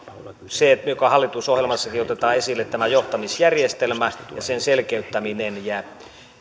se joka hallitusohjelmassakin otetaan esille tämä johtamisjärjestelmä ja sen selkeyttäminen